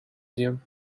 you